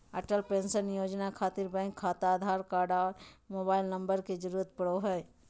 Atal pension Yojana खातिर bank खाता Aadhaar card आर मोबाइल नम्बर के जरूरत परो हय